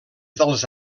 dels